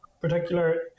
particular